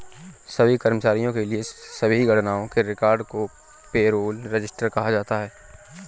सभी कर्मचारियों के लिए सभी गणनाओं के रिकॉर्ड को पेरोल रजिस्टर कहा जाता है